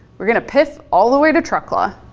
we're gonna piff all the way to truckla.